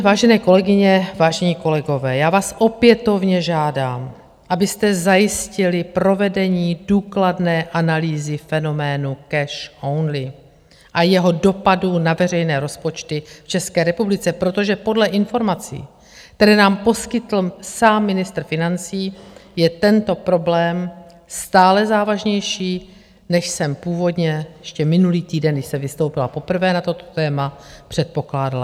Vážené kolegyně, vážení kolegové, já vás opětovně žádám, abyste zajistili provedení důkladné analýzy fenoménu cash only a jeho dopadů na veřejné rozpočty v České republice, protože podle informací, které nám poskytl sám ministr financí, je tento problém stále závažnější, než jsem původně ještě minulý týden, když jsem vystoupila poprvé na toto téma, předpokládala.